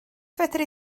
fedri